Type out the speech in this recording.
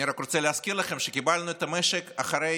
אני רק רוצה להזכיר לכם שקיבלנו את המשק אחרי